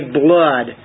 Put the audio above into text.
blood